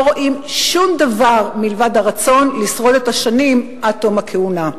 לא רואים שום דבר מלבד הרצון לשרוד את השנים עד תום הכהונה.